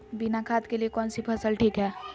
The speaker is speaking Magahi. बिना खाद के लिए कौन सी फसल ठीक है?